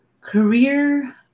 career